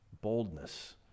boldness